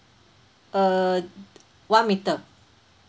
err one meter